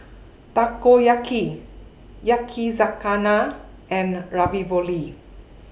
Takoyaki Yakizakana and Ravioli